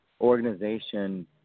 organization